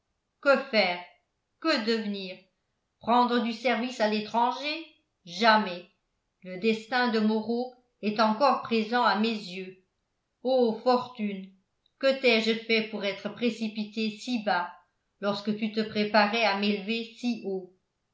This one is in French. que faire que devenir prendre du service à l'étranger jamais le destin de moreau est encore présent à mes à yeux ô fortune que t'ai-je fait pour être précipité si bas lorsque tu te préparais à m'élever si haut